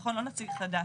לא נציג חדש.